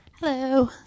Hello